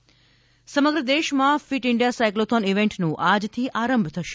fit India સમગ્ર દેશમાં fit India cyclothon ઇવેન્ટનો ગઇકાલથી આરંભ થયો